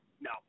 No